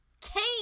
Kate